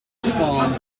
spawned